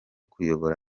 kuyobora